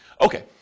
Okay